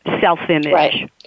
self-image